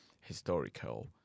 historical